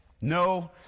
No